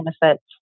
benefits